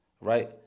right